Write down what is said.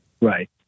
Right